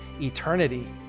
eternity